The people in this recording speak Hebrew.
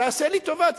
תעשה לי טובה,